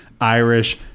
Irish